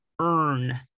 earn